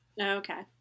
Okay